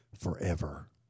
forever